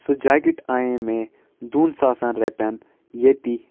سُہ جاکٮ۪ٹ اَنیے مےٚ دۄن ساسَن رۄپیَن ییٚتی